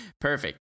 Perfect